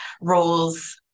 roles